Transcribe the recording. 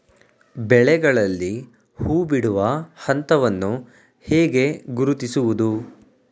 ಬೆಳೆಗಳಲ್ಲಿ ಹೂಬಿಡುವ ಹಂತವನ್ನು ಹೇಗೆ ಗುರುತಿಸುವುದು?